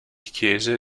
chiese